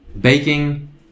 baking